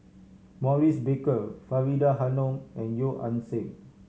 Maurice Baker Faridah Hanum and Yeo Ah Seng